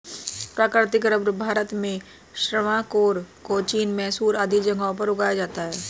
प्राकृतिक रबर भारत में त्रावणकोर, कोचीन, मैसूर आदि जगहों पर उगाया जाता है